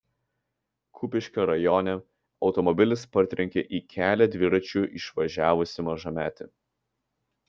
kupiškio rajone automobilis partrenkė į kelią dviračiu išvažiavusį mažametį